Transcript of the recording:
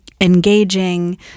engaging